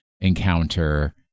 encounter